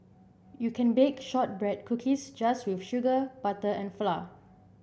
you can bake shortbread cookies just with sugar butter and flour